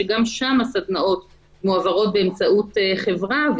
שגם שם הסדנאות מועברות באמצעות חברה,